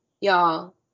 y'all